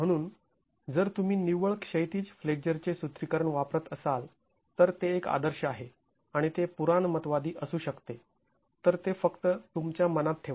म्हणून जर तुम्ही निव्वळ क्षैतिज फ्लेक्झरचे सुत्रीकरण वापरत असाल तर ते एक आदर्श आहे आणि ते पुराणमतवादी असू शकते तर ते फक्त तुमच्या मनात ठेवा